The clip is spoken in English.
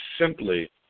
simply